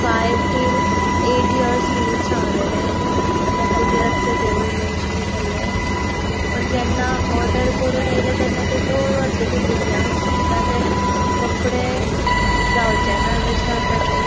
five till eight years म्हण सांगलेले तेजेर आसले ते मेन्शन केल्लें पण जेन्ना ओर्डर करून येले तेन्ना तें दोन वर्साच्या भुरग्यांक सुद्दां ते कपडे जावचे ना तशे आसा ते